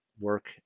work